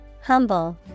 Humble